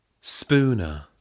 Spooner